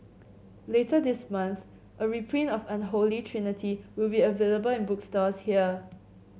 later this month a reprint of Unholy Trinity will be available in bookstores here